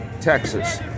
Texas